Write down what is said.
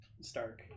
Stark